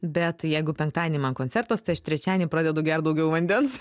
bet jeigu penktadienį man koncertas tai aš trečiadienį pradedu gert daugiau vandens